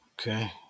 Okay